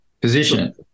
position